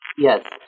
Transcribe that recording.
Yes